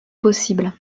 possible